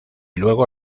luego